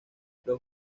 los